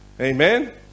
Amen